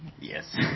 Yes